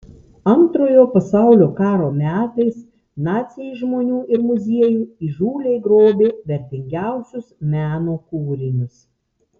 antrojo pasaulio karo metais naciai iš žmonių ir muziejų įžūliai grobė vertingiausius meno kūrinius